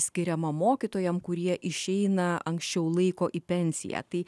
skiriama mokytojam kurie išeina anksčiau laiko į pensiją tai